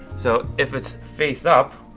so if it's face up,